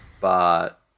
But-